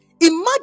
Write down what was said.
Imagine